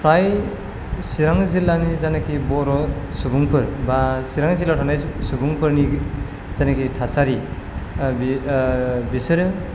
फ्राय चिरां जिल्लानि जायनाखि बर' सुबुंफोर बा चिरां जिल्लायाव थानाय सुबुंफोरनि जायनाखि थासारि बेयो